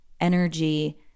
energy